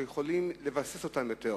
ואפשר לבסס אותם יותר,